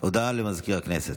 הודעה למזכיר הכנסת.